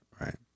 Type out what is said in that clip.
right